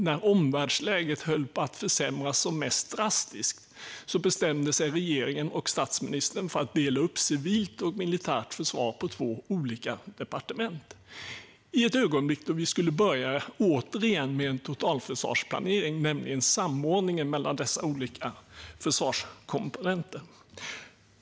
När omvärldsläget höll på att försämras som mest drastiskt bestämde sig regeringen och statsministern för att dela upp civilt och militärt försvar på två olika departement - i ett ögonblick när vi återigen skulle börja med en totalförsvarsplanering, nämligen samordningen mellan dessa olika försvarskomponenter.